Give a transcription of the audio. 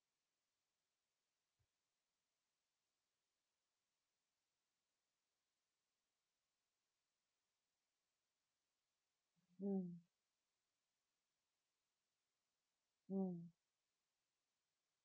mm mm